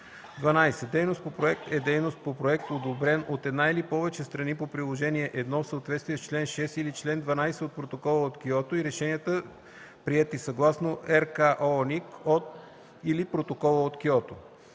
12. „Дейност по проект” е дейност по проект, одобрена от една или повече страни по приложение I в съответствие с чл. 6 или чл. 12 от Протокола от Киото, и решенията, приети съгласно РКОНИК или Протокола от Киото.